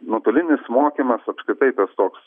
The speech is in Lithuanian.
nuotolinis mokymas apskritai tas toks